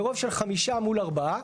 ברוב של חמישה מול ארבעה.